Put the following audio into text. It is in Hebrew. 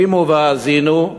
שמעו והאזינו,